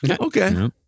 Okay